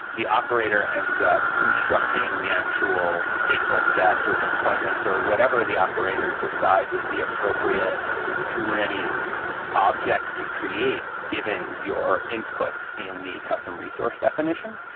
the operator ends up constructing the actual stateful sets or deployments deployments or whatever the operator decides is the appropriate kubernetes objects to create given your inputs in the custom resource definition.